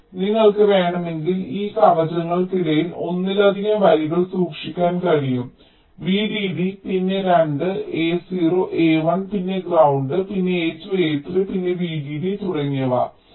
അതിനാൽ നിങ്ങൾക്ക് വേണമെങ്കിൽ ഈ കവചങ്ങൾക്കിടയിൽ ഒന്നിലധികം വരികൾ സൂക്ഷിക്കാൻ കഴിയും VDD പിന്നെ 2 a0 a1 പിന്നെ ഗ്രൌണ്ട് പിന്നെ a2 a3 പിന്നെ VDD തുടങ്ങിയവ